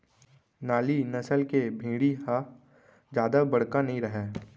नाली नसल के भेड़ी ह जादा बड़का नइ रहय